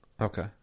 okay